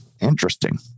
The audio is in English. Interesting